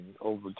over